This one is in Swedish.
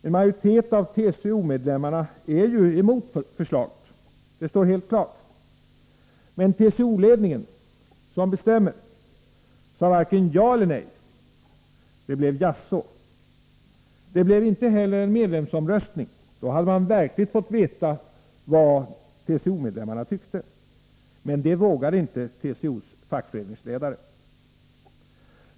En majoritet av TCO-medlemmarna är emot förslaget. Det står helt klart. Men TCO-ledningen, som bestämmer, sade varken ja eller nej, det blev jaså. Det blev inte heller en medlemsomröstning. Då hade man verkligen fått veta vad TCO-medlemmarna tyckte. Men det vågade inte TCO:s fackföreningsledare.